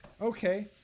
okay